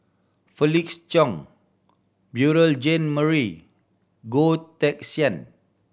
Felix Cheong Beurel Jean Marie Goh Teck Sian